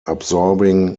absorbing